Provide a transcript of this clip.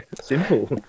Simple